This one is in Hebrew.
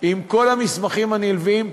עם כל המסמכים הנלווים,